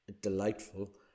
delightful